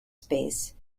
space